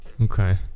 okay